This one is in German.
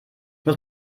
muss